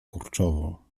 kurczowo